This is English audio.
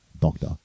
doctor